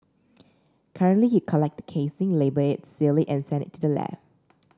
currently you collect the casing label it seal it and send it to the lab